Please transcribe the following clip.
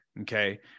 Okay